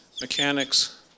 mechanics